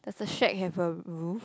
does the shack have a roof